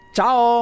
Ciao